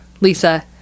Lisa